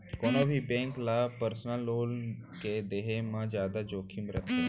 कोनो भी बेंक ल पर्सनल लोन के देहे म जादा जोखिम रथे